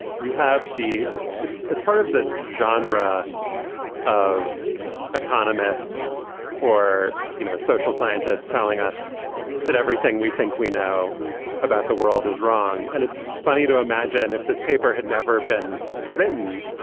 you have the it's it's part of this genre of economists or you know social scientists telling us that everything we think we know about the world is wrong. and it's funny to imagine if this paper had never been written,